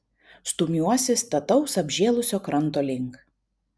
stumiuosi stataus apžėlusio kranto link